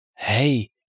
Hey